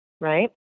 right